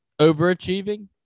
overachieving